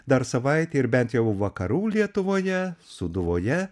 dar savaitė ir bent jau vakarų lietuvoje sūduvoje